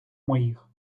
моїх